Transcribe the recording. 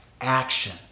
Action